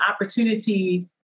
opportunities